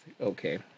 okay